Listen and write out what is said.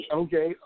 okay